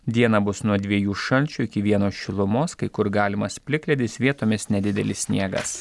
dieną bus nuo dviejų šalčio iki vieno šilumos kai kur galimas plikledis vietomis nedidelis sniegas